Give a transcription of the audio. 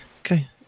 Okay